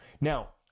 Now